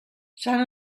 sant